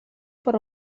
per